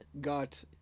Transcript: got